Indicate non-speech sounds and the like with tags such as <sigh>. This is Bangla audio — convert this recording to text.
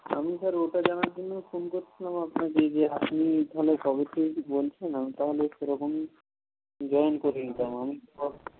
আমি স্যার ওটা জানার জন্য ফোন করছিলাম আপনাকে যে আপনি এখানে কবে থেকে <unintelligible> বলছেন আমি তাহলে সেরকম জয়েন করে নিতাম আমি <unintelligible>